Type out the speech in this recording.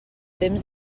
temps